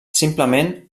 simplement